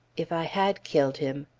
if i had killed him,